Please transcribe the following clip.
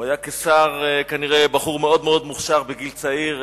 הוא כנראה היה בחור מאוד מאוד מוכשר בגיל צעיר,